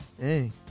Hey